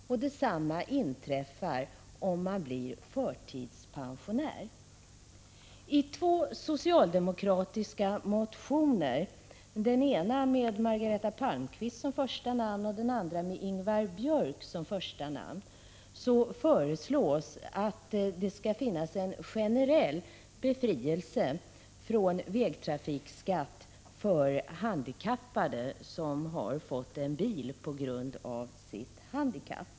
Detsamma inträffar om man blir förtidspensionär. I två socialdemokratiska motioner, den ena med Margareta Palmqvist som första namn och den andra med Ingvar Björk som första namn, föreslås att det skall finnas en generell befrielse från vägtrafikskatt för handikappade som har fått en bil på grund av sitt handikapp.